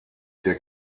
der